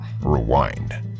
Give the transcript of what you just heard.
rewind